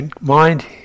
mind